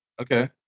okay